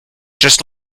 just